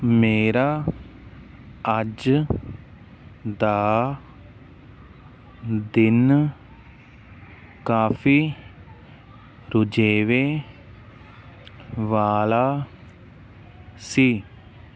ਮੇਰਾ ਅੱਜ ਦਾ ਦਿਨ ਕਾਫੀ ਰੁਝੇਵੇਂ ਵਾਲਾ ਸੀ